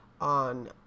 on